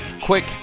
quick